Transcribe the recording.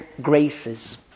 graces